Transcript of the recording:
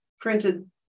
printed